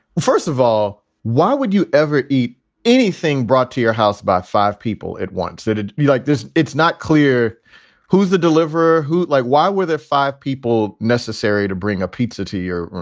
first of all, why would you ever eat anything brought to your house by five people at once? that'd be like this. it's not clear who's the deliver who. like, why were there five people necessary to bring a pizza to your room?